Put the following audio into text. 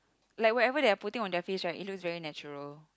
like whatever they are putting on their face right it looks very natural